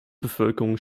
bevölkerung